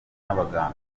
n’abaganga